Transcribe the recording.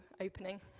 opening